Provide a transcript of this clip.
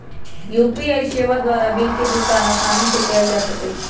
UPI सेवा द्वारा bill के भुगतान असानी से कएल जा सकइ छै